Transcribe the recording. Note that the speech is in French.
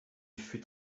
fut